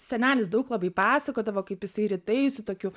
senelis daug labai pasakodavo kaip jisai rytais su tokiu